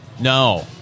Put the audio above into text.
No